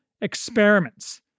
experiments